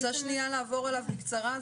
רוצה לעבור עליו בקצרה?